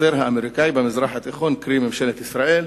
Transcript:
השוטר האמריקני במזרח התיכון, קרי ממשלת ישראל,